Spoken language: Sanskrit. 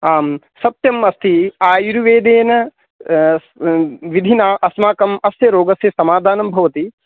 आम् सत्यम् अस्ति आयुर्वेदेन विधिना अस्माकं अस्य रोगस्य समाधानं भवति